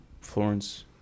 Florence